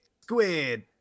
squid